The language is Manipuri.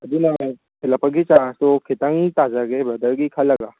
ꯑꯗꯨꯅ ꯊꯤꯜꯂꯛꯄꯒꯤ ꯆꯥꯔꯖꯇꯣ ꯈꯤꯇꯪ ꯇꯥꯖꯒꯦ ꯕ꯭ꯔꯗꯔꯒꯤ ꯈꯜꯂꯒ